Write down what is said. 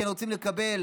כן רוצים לקבל,